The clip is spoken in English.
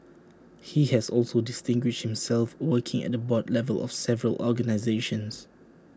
he has also distinguished himself working at the board level of several organisations